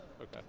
Okay